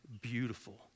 beautiful